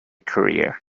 career